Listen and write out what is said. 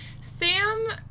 Sam